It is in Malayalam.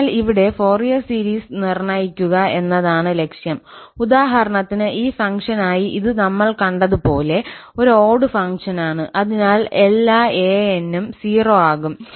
അതിനാൽ ഇവിടെ ഫോറിയർ സീരീസ് നിർണ്ണയിക്കുക എന്നതാണ് ലക്ഷ്യം ഉദാഹരണത്തിന് ഈ ഫംഗ്ഷനായി ഇത് നമ്മൾ കണ്ടതുപോലെ ഒരു ഓട് ഫംഗ്ഷനാണ് അതിനാൽ എല്ലാം 𝑎n′𝑠 0 ആകും